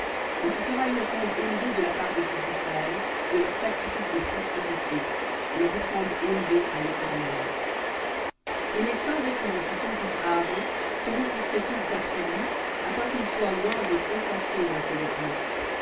et ce sera une offrande élevée de la part des fils d'israël de leurs sacrifices de prospérités leur offrande élevée à léternel et les saints vêtements qui sont pour aaron seront pour ses fils après lui afin qu'ils soient oints et consacrés dans ces vêtements